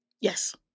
Yes